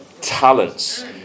talents